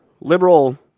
liberal